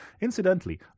Incidentally